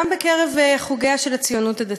גם בקרב חוגיה של הציונות הדתית.